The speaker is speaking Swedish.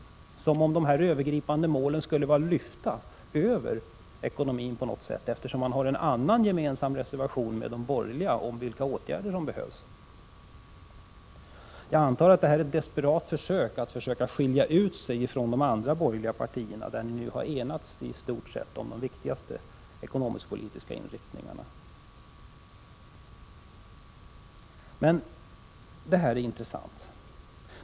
Det verkar som om dessa övergripande mål skulle vara lyfta över ekonomin på något sätt, eftersom man har en annan reservation gemensam med de borgerliga om vilka åtgärder som behövs. Jag antar att detta är ett desperat försök att skilja sig ifrån de andra borgerliga partierna, då ni nu i stort sett har enats om de viktigaste ekonomisk-politiska inriktningarna. Detta är dock intressant.